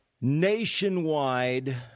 nationwide